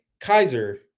Kaiser